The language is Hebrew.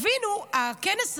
תבינו, הכנס הזה,